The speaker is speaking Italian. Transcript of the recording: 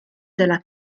della